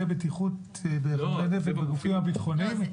הבטיחות בחומרי נפץ בגופים הביטחוניים,